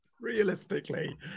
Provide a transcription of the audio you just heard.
realistically